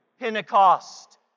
Pentecost